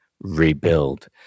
rebuild